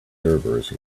servers